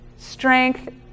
strength